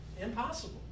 Impossible